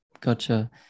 gotcha